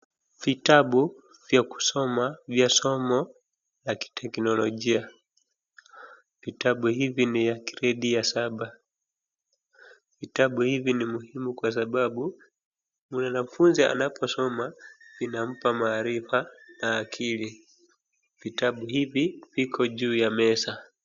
Vitabu vya kusoma vya somo la kiteknolojia. Vitabu hivi ni ya gredi ya saba. Vitabu hivi ni muhimu kwa sababu, mwanafunzi anaposoma, vinampa maarifa na akili. Vitabu hivi viko juu ya meza.